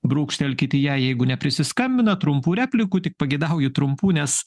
brūkštelkit į ją jeigu neprisiskambinat trumpų replikų tik pageidauju trumpų nes